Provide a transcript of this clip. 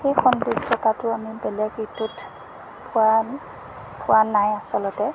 সেই সৌন্দৰ্যতাটো আমি বেলেগ ঋতুত পোৱা পোৱা নাই আচলতে